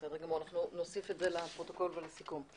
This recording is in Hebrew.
בסדר גמור, אנחנו נוסיף את זה לפרוטוקול ולסיכום.